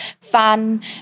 fun